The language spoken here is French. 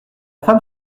femme